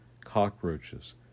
cockroaches